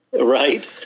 Right